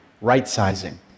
right-sizing